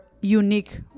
unique